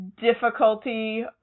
difficulty